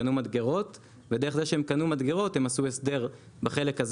קנו מדגרות ודרך זה שהם קנו מדגרות הם עשו הסדר בחלק הזה